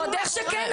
בהחלט שכן,